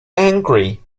angry